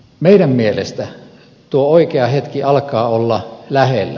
meidän mielestämme tuo oikea hetki alkaa olla lähellä